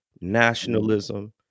nationalism